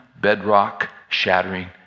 bedrock-shattering